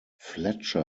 fletcher